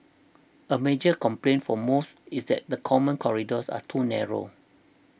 a major complaint for most is that the common corridors are too narrow